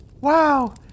Wow